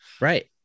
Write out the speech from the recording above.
right